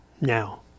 now